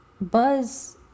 Buzz